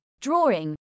drawing